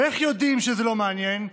ואיך יודעים שזה לא מעניין?